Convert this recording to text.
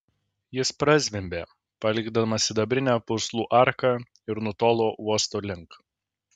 jis prazvimbė palikdamas sidabrinę purslų arką ir nutolo uosto link